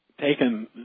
taken